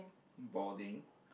boarding